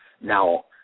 Now